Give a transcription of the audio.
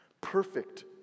Perfect